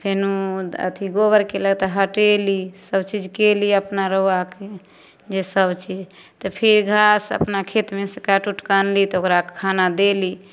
फेरो अथी गोबर केलक तऽ हटेली सब चीज केली अपना रउआके जे सब चीज तऽ फेर घास अपना खेतमे से काटि उटके अनली तऽ ओकरा खाना देली